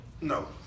No